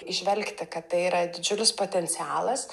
įžvelgti kad tai yra didžiulis potencialas